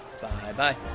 Bye-bye